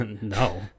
No